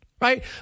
Right